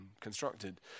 constructed